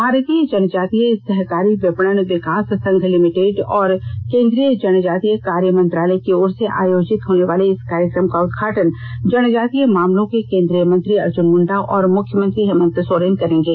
भारतीय जनजातीय सहकारी विपणन विकास संघ लिमिटेड और केन्द्रीय जनजातीय कार्य मंत्रालय की ओर से आयोजित होनेवाले इस कार्यक्रम का उदघाटन जनजातीय मामलों के केन्द्रीय मंत्री अर्जुन मुंडा और मुख्यमंत्री हेमंत सोरेन करेंगे